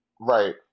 right